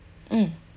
mm